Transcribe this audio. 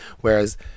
whereas